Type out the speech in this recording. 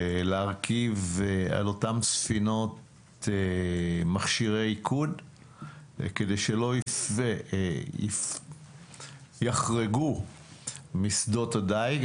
להרכיב על אותן ספינות מכשירי איכון כדי לא יחרגו משדות הדיג.